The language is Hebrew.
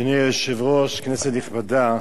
אדוני היושב-ראש, כנסת נכבדה,